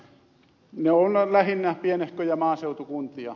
ne ovat lähinnä pienehköjä maaseutukuntia